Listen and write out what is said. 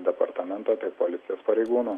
departamento tiek policijos pareigūnų